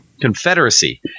confederacy